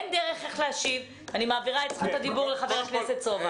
אני מעבירה את זכות הדיבור לחבר הכנסת סובה.